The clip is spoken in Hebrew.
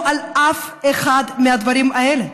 לא אף אחד מהדברים האלה.